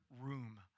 room